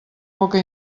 poca